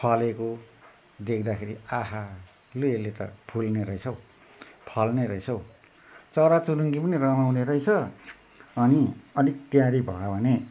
फलेको देख्दाखेरि आहा लु यसले त फुल्ने रहेछ हौ फल्ने रहेछ हौ चराचुरुङ्गी पनि रमाउने रहेछ अनि अलिक तयारी भयो भने